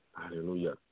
Hallelujah